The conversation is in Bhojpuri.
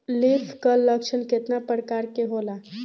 लीफ कल लक्षण केतना परकार के होला?